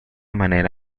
manera